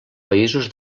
països